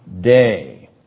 day